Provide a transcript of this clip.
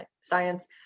science